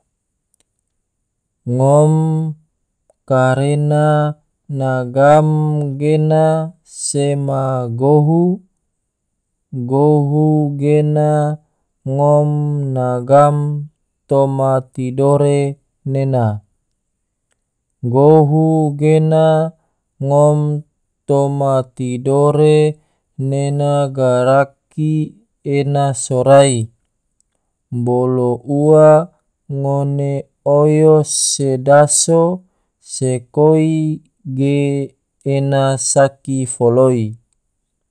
Ngom karena na ngam gena sema gohu, gohu gena ngom na ngam toma tidore nena, gohu gena ngom toma tidore nena garaki ena sorai, bolo ua ngone oyo se daso, se koi ge ena saki foloi.